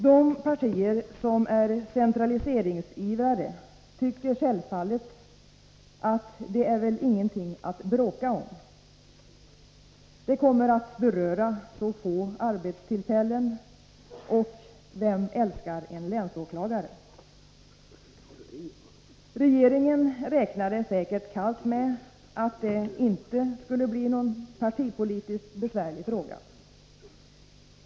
De partier som är centraliseringsivrare tycker självfallet att det inte är något att bråka om. Det kommer att beröra så få arbetstillfällen, och vem älskar en länsåklagare? Regeringen räknade säkert kallt med att det inte skulle bli någon partipolitiskt besvärlig fråga.